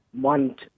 want